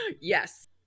Yes